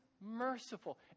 merciful